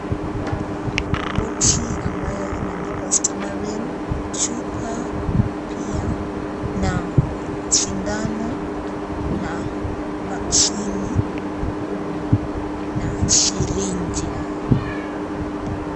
Boksi ambayo imeandikwa Stameril , chupa pia na sindano na vaksini na sirinji.